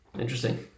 Interesting